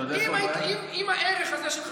אם הערך הזה של חתונה,